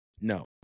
No